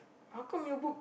how come you booked